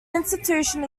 institution